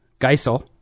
Geisel